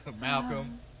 Malcolm